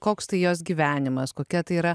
koks tai jos gyvenimas kokia tai yra